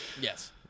Yes